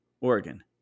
Oregon